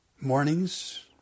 Mornings